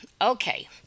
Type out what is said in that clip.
Okay